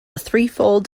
threefold